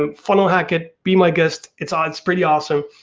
um funnel hack it, be my guest, it's ah it's pretty awesome.